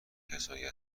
کسانی